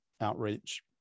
outreach